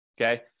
okay